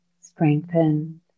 strengthened